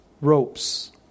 ropes